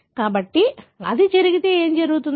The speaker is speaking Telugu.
కాబట్టి అది జరిగితే ఏమి జరుగుతుంది